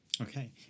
Okay